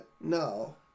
No